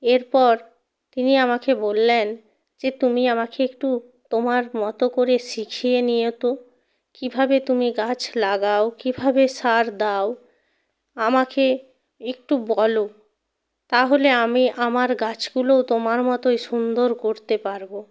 এরপর তিনি আমাকে বললেন যে তুমি আমাকে একটু তোমার মতো করে শিখিয়ে নিও তো কীভাবে তুমি গাছ লাগাও কীভাবে সার দাও আমাকে একটু বলো তাহলে আমি আমার গাছগুলোও তোমার মতোই সুন্দর করতে পারব